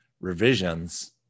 revisions